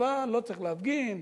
אבל לא צריך להפגין,